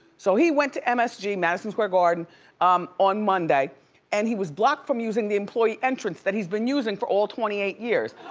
so, he went to um msg, madison square garden um on monday and he was blocked from using the employee entrance that he's been using for all twenty eight years.